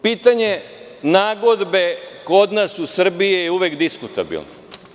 Pitanje nagodbe kod nas u Srbiji je uvek diskutabilno.